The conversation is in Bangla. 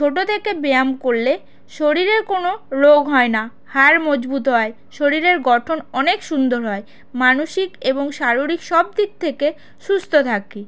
ছোটো থেকে ব্যায়াম করলে শরীরের কোনো রোগ হয় না হাড় মজবুত হয় শরীরের গঠন অনেক সুন্দর হয় মানসিক এবং শাররীক সব দিক থেকে সুস্থ থাকে